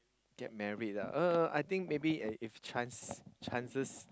get married ah uh I think maybe if if chance chances